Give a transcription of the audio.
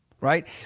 right